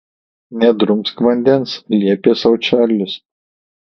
nedrumsk vandens liepė sau čarlis